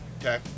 okay